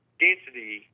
density